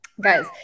Guys